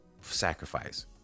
sacrifice